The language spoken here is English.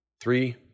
Three